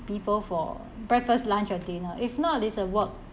people for breakfast lunch or dinner if not it's a work